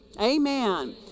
amen